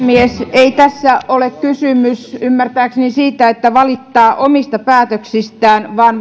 ei tässä ole kysymys ymmärtääkseni siitä että valittaa omista päätöksistään vaan